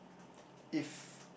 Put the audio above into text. if